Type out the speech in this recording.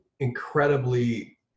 incredibly